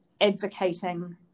advocating